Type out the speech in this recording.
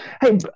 Hey